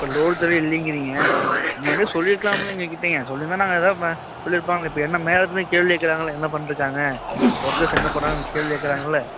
இப்போ லோடு சரியா இல்லைங்கிறீங்க முன்னாடியே சொல்லியிருக்கலாம்ல எங்கள் கிட்டேயும் சொல்லியிருந்தா நாங்கள் எதாவது சொல்லியிருப்பாங்கள்ல இப்போ என்னை மேலிடத்துலருந்து கேள்வி கேக்கிறாங்கள்ல என்ன பண்ணிட்டு இருக்காங்க ஒர்க்கர்ஸ் என்ன பண்ணுறாங்கனு என்னை கேள்வி கேக்கிறாங்கள்ல